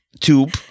Tube